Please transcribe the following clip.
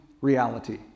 reality